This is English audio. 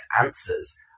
answers